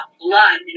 blood